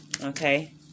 Okay